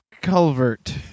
Culvert